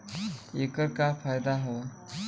ऐकर का फायदा हव?